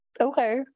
okay